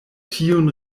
tiun